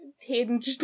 tinged